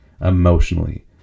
emotionally